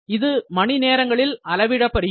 இது மணிநேரங்களில் அளவிடப்படுகிறது